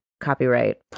copyright